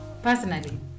Personally